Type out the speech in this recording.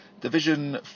Division